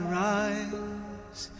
rise